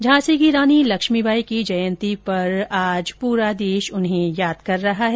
झांसी की रानी लक्ष्मीबाई की जयंती पर आज पूरा देश उन्हें याद कर रहा है